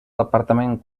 departament